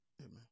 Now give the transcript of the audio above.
Amen